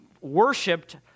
worshipped